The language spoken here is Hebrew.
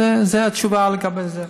זו התשובה לגבי זה.